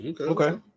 okay